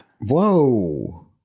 Whoa